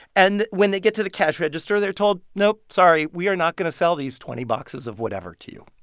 and when they get to the cash register, they're told, nope, sorry. we are not going to sell these twenty boxes of whatever to you.